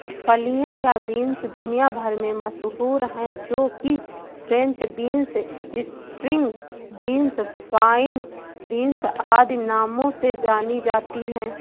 फलियां या बींस दुनिया भर में मशहूर है जो कि French beans, string beans, fine beans आदि नामों से जानी जाती है